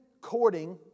courting